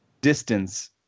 distance